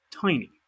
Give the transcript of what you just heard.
tiny